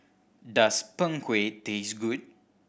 does Png Kueh taste good